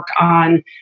on